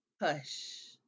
hush